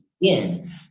again